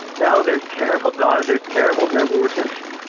no. there's terrible ah there's terrible, terrible reception